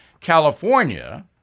California